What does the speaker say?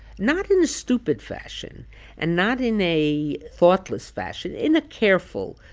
not in a stupid fashion and not in a thoughtless fashion in a careful,